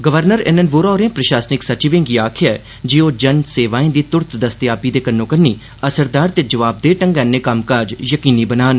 governor N N Vohra होरें प्रशासनिक सचिवें गी आक्खेया जे ओह् जन सेवाएं दी तुरंत दस्तेयाबी दे कन्नोकन्नी असरदार ते जवाबदेह ढंगै नै कम्मकाज यकीनी बनान